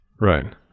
Right